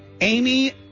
Amy